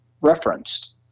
referenced